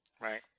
Right